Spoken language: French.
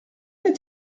est